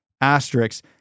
asterisks